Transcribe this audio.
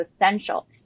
essential